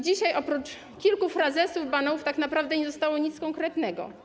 Dzisiaj oprócz kilku frazesów, banałów tak naprawdę nie zostało nic konkretnego.